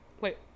wait